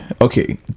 okay